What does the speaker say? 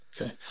okay